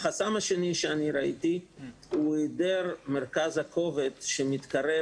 החסם השני שראיתי הוא היעדר מרכז הכובד שמתקרב